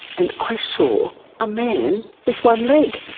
and i saw a man with one leg.